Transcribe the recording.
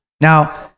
Now